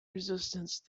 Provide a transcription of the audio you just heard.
resistance